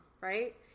Right